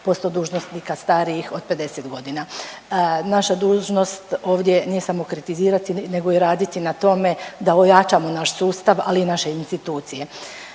48% dužnosnika starijih od 50 godina. Naša dužnost ovdje nije samo kritizirati nego i raditi da ojačamo naš sustav, ali i naše institucije.